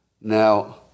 Now